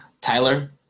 Tyler